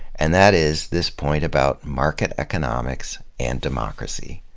and that is this point about market economics and democracy.